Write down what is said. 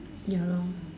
ya lor